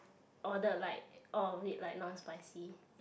ordered all of it like non spicy